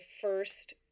first